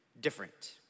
different